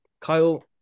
Kyle